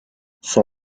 son